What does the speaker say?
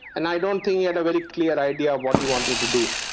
and i don't think he had a very clear idea of what he wanted to do.